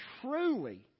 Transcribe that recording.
truly